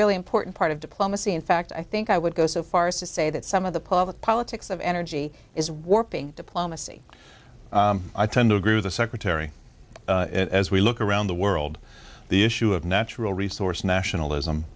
really important part of diplomacy in fact i think i would go so far as to say that some of the pla the politics of energy is warping diplomacy i tend to agree with the secretary and as we look around the world the issue of natural resource nationalism